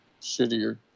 shittier